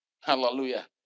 Hallelujah